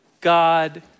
God